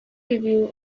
review